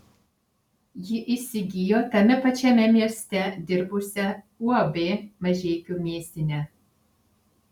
ji įsigijo tame pačiame mieste dirbusią uab mažeikių mėsinę